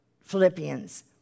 Philippians